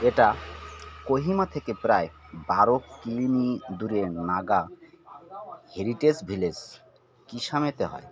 এটা কোহিমা থেকে প্রায় বারো কিলোমি দূরের নাগা হেরিটেজ ভিলেজ কিসামেতে হয়